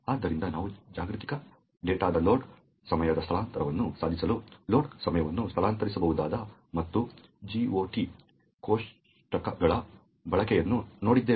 ಆದ್ದರಿಂದ ನಾವು ಜಾಗತಿಕ ಡೇಟಾದ ಲೋಡ್ ಸಮಯದ ಸ್ಥಳಾಂತರವನ್ನು ಸಾಧಿಸಲು ಲೋಡ್ ಸಮಯವನ್ನು ಸ್ಥಳಾಂತರಿಸಬಹುದಾದ ಮತ್ತು GOT ಕೋಷ್ಟಕಗಳ ಬಳಕೆಯನ್ನು ನೋಡಿದ್ದೇವೆ